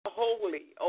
holy